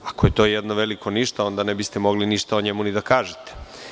Ako je to jedno veliko ništa, onda ne biste mogli ništa o njemu ni da kažete.